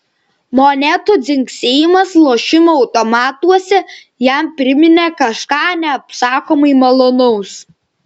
monetų dzingsėjimas lošimo automatuose jam priminė kažką neapsakomai malonaus